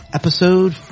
episode